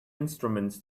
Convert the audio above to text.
instruments